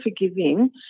forgiving